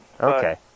Okay